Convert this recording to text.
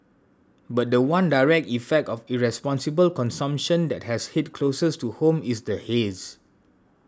but the one direct effect of irresponsible consumption that has hit closest to home is the haze